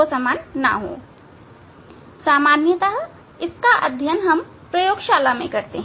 सामान्यतः इसका अध्ययन हम प्रयोगशाला में करते हैं